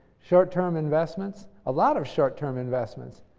short-term investments, a lot of short-term investments,